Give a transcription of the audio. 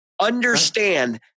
Understand